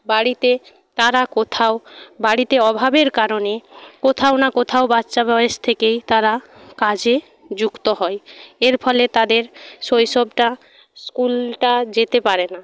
বাড়িতে তারা কোথাও বাড়িতে অভাবের কারণে কোথাও না কোথাও বাচ্চা বয়স থেকেই তারা কাজে যুক্ত হয় এর ফলে তাদের শৈশবটা স্কুলটা যেতে পারে না